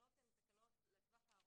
והתקנות הן תקנות לטווח הארוך,